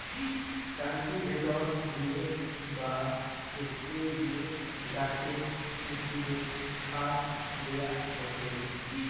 cultivator দিয়ে বা spray দিয়ে গাছে, উদ্ভিদে সার দেয়া হসে